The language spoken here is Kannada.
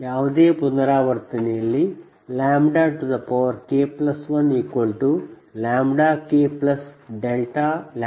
ಯಾವುದೇ ಪುನರಾವರ್ತನೆಯಲ್ಲಿ K1KK